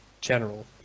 general